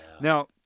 Now